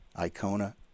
Icona